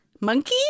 Monkey